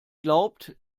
glaubt